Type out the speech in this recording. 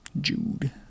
Jude